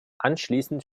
anschließend